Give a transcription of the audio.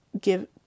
give